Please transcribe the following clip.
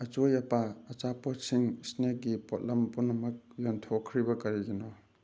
ꯑꯆꯣꯏ ꯑꯄꯥ ꯑꯆꯥꯄꯣꯠꯁꯤꯡ ꯏꯁꯅꯦꯛꯀꯤ ꯄꯣꯠꯂꯝ ꯄꯨꯝꯅꯃꯛ ꯌꯣꯟꯊꯣꯛꯈ꯭ꯔꯤꯕ ꯀꯔꯤꯒꯤꯅꯣ